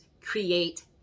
create